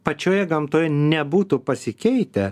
pačioje gamtoje nebūtų pasikeitę